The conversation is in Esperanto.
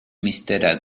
mistera